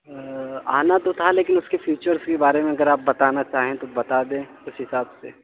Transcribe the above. آنا تو تھا لیکن اس کے فیچرس کے بارے میں اگر آپ بتانا چاہیں تو بتا دیں اس حساب سے